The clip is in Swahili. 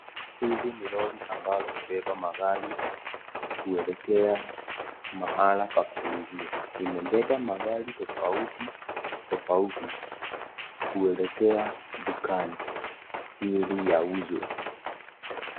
Hili ni lori ambalo hubeba magari kuelekea mahala pa kuuzia. Limebeba magari tofauti tofauti kuelekea dukani ili yauzwe.